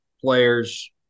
players